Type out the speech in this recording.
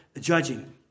judging